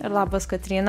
ir labas kotryna